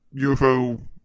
UFO